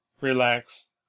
relax